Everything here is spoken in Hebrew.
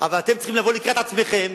אבל אתם צריכים לבוא לקראת עצמכם,